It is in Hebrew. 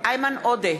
איימן עודה,